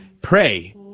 pray